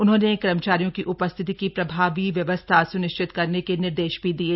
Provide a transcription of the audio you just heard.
उन्होंने कर्मचारियों की उपस्थिति की प्रभावी व्यवस्था सुनिश्चित करने के निर्देश भी दिये